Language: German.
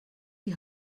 die